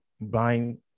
buying